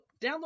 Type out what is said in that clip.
download